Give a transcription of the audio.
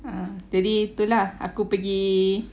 ah jadi tu lah aku pergi